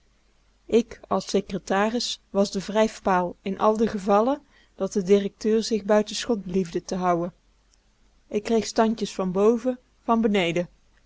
ik als secretaris was de wrijfpaal in al de gevallen dat de directeur zich buiten schot bliefde te houen ik kreeg standjes van boven van beneden